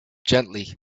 gently